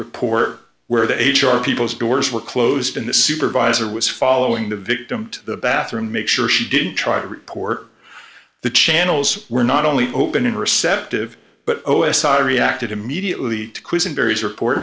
report where the h r people's doors were closed in the supervisor was following the victim to the bathroom make sure she didn't try to report the channels were not only open and receptive but o s i reacted immediately to quizzing barry's report